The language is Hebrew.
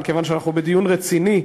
אבל מכיוון שאנחנו בדיון רציני,